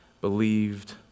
believed